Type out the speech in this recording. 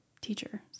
teacher